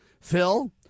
Phil